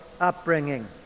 upbringing